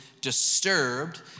disturbed